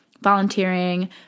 volunteering